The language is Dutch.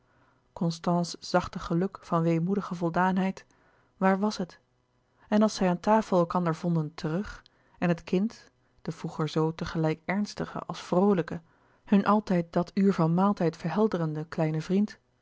zachte geluk van weemoedige voldaanheid waar was het en als zij aan tafel elkander vonden terug en het kind de vroeger zoo tegelijk ernstige als vroolijke hun altijd dat uur van maaltijd verhelderende kleine vriend